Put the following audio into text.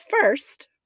first